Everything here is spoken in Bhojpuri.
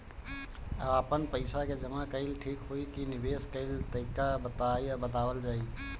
आपन पइसा के जमा कइल ठीक होई की निवेस कइल तइका बतावल जाई?